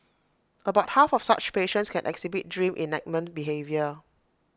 about half of such patients can exhibit dream enactment behaviour